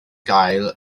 gael